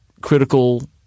Critical